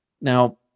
Now